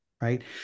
right